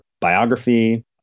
biography